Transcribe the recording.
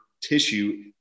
tissue